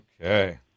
Okay